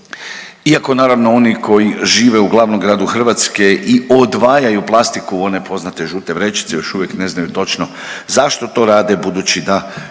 Iako naravno oni koji žive u glavnom gradu Hrvatske i odvajaju plastiku u one poznate žute vrećice još uvijek ne znaju točno zašto to rade, budući da